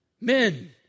men